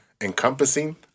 encompassing